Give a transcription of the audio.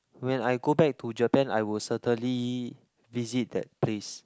when I go back to Japan I will certainly visit that place